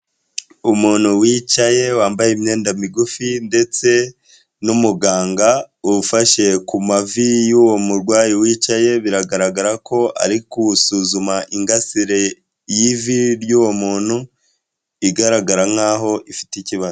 Umuntu wicaye wambaye imyenda migufi ndetse n'umuganga ufashe ku mavi y'uwo murwayi wicaye, biragaragara ko arikusuzuma y'ivi ry'uwo muntu igaragara nkaho ifite ikibazo.